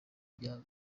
bya